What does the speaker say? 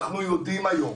אנחנו יודעים היום,